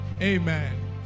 amen